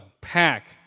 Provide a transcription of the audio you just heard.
pack